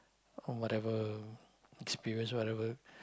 or whatever experience whatever